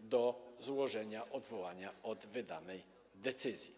do złożenia odwołania od wydanej decyzji.